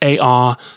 AR